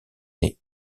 née